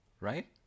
Right